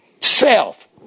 Self